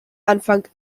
anfang